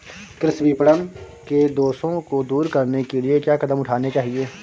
कृषि विपणन के दोषों को दूर करने के लिए क्या कदम उठाने चाहिए?